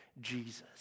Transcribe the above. Jesus